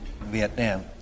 Vietnam